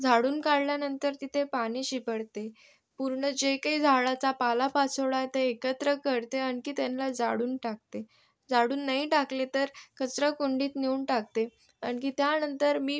झाडून काढल्यानंतर तिथे पाणी शिंपडते पूर्ण जे काही झाडाचा पालापाचोळा आहे ते एकत्र करते आणखी त्यांना झाडून टाकते झाडून नाही टाकले तर कचराकुंडीत नेऊन टाकते आणखी त्यानंतर मी